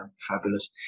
fabulous